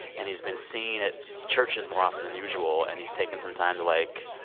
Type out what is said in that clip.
and he's been seen at churches more often than usual, and he's taken some time to, like,